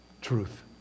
truth